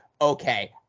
okay